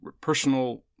personal